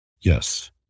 Yes